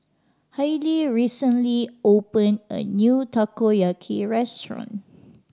Hailie recently opened a new Takoyaki restaurant